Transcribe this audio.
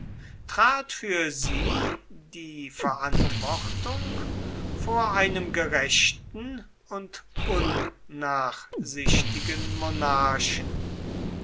trat für sie die verantwortung vor einem gerechten und